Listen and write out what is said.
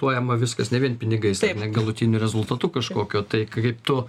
tuojama viskas ne vien pinigais ar ne galutiniu rezultatu kažkokiu tai kai tu